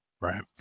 right